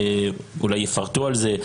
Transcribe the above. אולי יפרטו על זה,